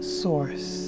source